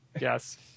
Yes